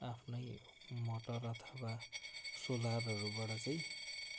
आफ्नै मोटर अथवा सोलरहरूबाट चाहिँ